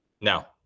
Now